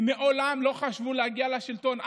כי מעולם הם לא חשבו להגיע לשלטון,